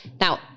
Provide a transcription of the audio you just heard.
Now